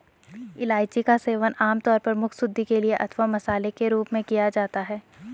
इलायची का सेवन आमतौर पर मुखशुद्धि के लिए अथवा मसाले के रूप में किया जाता है